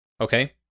Okay